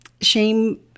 Shame